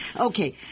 Okay